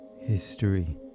history